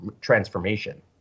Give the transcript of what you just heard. Transformation